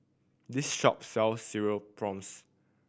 this shop sells Cereal Prawns